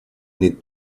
need